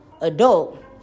adult